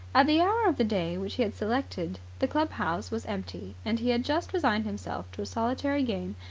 at the hour of the day which he had selected the club-house was empty, and he had just resigned himself to a solitary game,